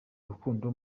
urukundo